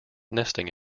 nesting